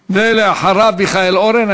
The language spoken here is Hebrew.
ואחריו, מיכאל אורן.